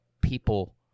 people